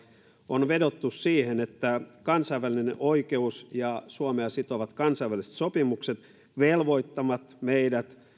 on vedottu siihen että kansainvälinen oikeus ja suomea sitovat kansainväliset sopimukset velvoittavat meidät